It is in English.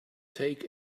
take